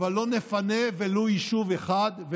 אבל לא נפנה ולו יישוב אחד,